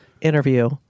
interview